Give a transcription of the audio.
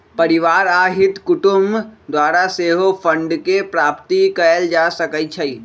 परिवार आ हित कुटूम द्वारा सेहो फंडके प्राप्ति कएल जा सकइ छइ